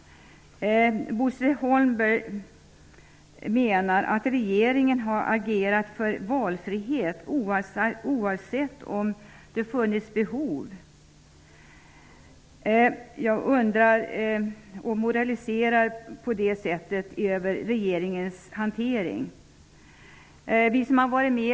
Bosse Holmberg menade att regeringen har agerat för valfrihet oavsett om det har funnits behov av det eller inte och moraliserade över regeringens hantering av frågorna.